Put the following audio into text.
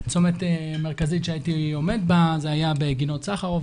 צומת מרכזי שהייתי עומד בו היה בגינות סחרוב,